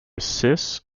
cis